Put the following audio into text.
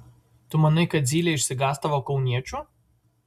tu manai kad zylė išsigąs tavo kauniečių